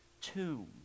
tomb